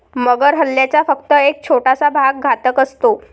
मगर हल्ल्याचा फक्त एक छोटासा भाग घातक असतो